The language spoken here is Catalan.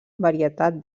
varietat